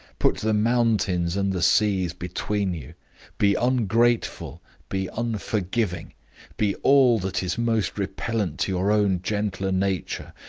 put the mountains and the seas between you be ungrateful be unforgiving be all that is most repellent to your own gentler nature,